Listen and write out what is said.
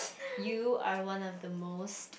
you are one of the most